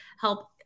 help